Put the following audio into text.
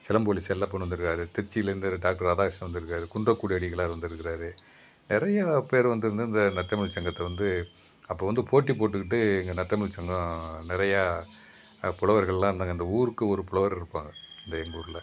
சிலம்பு ஒலி செல்லப்பன் வந்து இருக்கிறாரு திருச்சிலேருந்து டாக்டர் ராதாகிருஷ்ணன் வந்து இருக்காரு குன்றக்குடி அடிகளார் வந்து இருக்கிறாரு நிறைய பேர் வந்து இருந்து இந்த நற்றமிழ் சங்கத்தை வந்து அப்போ வந்து போட்டி போட்டுக்கிட்டு இங்கே நற்றமிழ் சங்கம் நிறையா புலவர்கள்லாம் இருந்தாங்க ஊருக்கு ஒரு புலவர் இருப்பாங்க இந்த எங்கள் ஊரில்